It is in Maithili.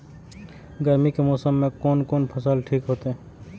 गर्मी के मौसम में कोन कोन फसल ठीक होते?